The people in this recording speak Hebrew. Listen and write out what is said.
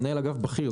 מנהל אגף בכיר,